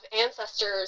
ancestors